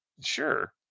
sure